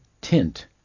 tint